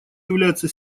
является